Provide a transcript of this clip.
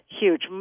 huge